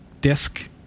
Disk